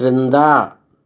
క్రింద